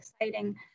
exciting